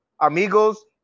amigos